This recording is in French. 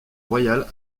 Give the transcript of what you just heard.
royales